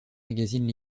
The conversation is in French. magazines